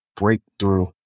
Breakthrough